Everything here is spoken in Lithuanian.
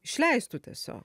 išleistų tiesiog